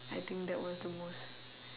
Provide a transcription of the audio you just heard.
I think that was the most